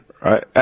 right